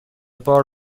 بار